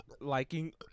liking